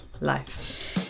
life